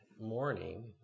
morning